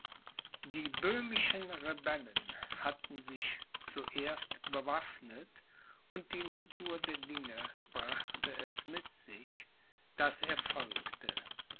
die böhmischen rebellen hatten sich zuerst bewaffnet und die natur der dinge brachte es mit sich daß er folgte